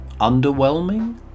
underwhelming